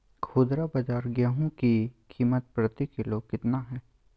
खुदरा बाजार गेंहू की कीमत प्रति किलोग्राम कितना है?